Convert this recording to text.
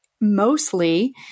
mostly